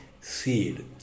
seed